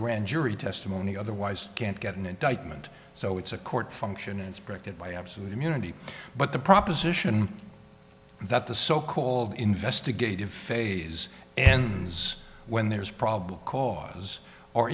grand jury testimony otherwise can't get an indictment so it's a court function inspected by absolute immunity but the proposition that the so called investigative phase and means when there's probable cause or